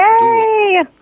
Yay